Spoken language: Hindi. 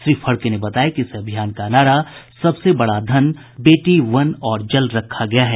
श्री फड़के ने बताया कि इस अभियान का नारा सबसे बड़ा धन बेटी वन और जल रखा गया है